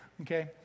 Okay